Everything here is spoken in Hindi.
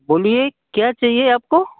बोलिए क्या चाहिए आपको